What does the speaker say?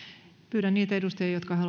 pyydän niitä edustajia jotka